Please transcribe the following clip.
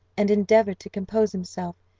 and endeavoured to compose himself,